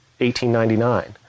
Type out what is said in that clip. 1899